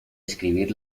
escribir